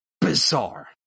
bizarre